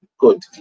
Good